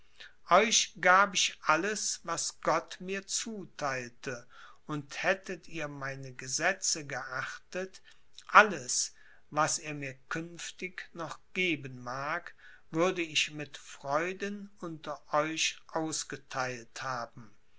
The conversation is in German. euch gab ich alles was gott mir zutheilte und hättet ihr meine gesetze geachtet alles was er mir künftig noch geben mag würde ich mit freuden unter euch ausgetheilt haben